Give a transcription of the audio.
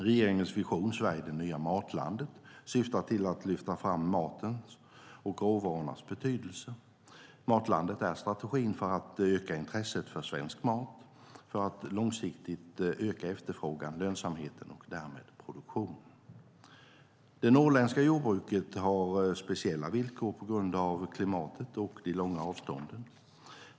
Regeringens vision "Sverige - det nya matlandet" syftar till att lyfta fram matens och råvarornas betydelse. Matlandet är strategin för att öka intresset för svensk mat för att långsiktigt öka efterfrågan, lönsamheten och därmed produktionen. Det norrländska jordbruket har speciella villkor på grund av klimatet och de långa avstånden.